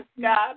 God